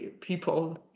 people